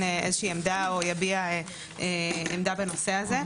איזה שהיא עמדה או יביע עמדה בנושא הזה.